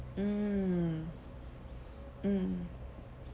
mm mm